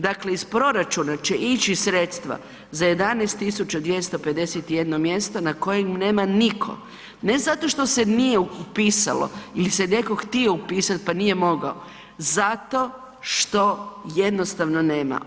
Dakle iz proračuna će ići sredstva za 11.251 mjesto na kojem nema niko, ne zato što se nije upisalo ili se neko htio upisat pa nije mogao, zato što jednostavno nema.